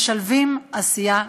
ומשלבים עשייה חברתית.